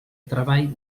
treball